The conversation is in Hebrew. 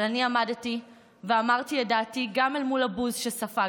אבל אני עמדתי ואמרתי את דעתי גם אל מול הבוז שספגתי,